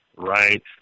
right